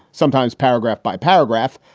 sometimes paragraph by paragraph,